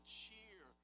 cheer